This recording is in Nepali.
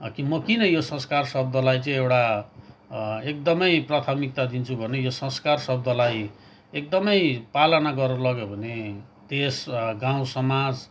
म किन यो संस्कार शब्दलाई चाहिँ एउटा एकदमै प्राथमिकता दिन्छु भने यो संस्कार शब्दलाई एकदमै पालना गरेर लग्यो भने त्यस गाउँसमाज